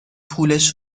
پولش